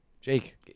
Jake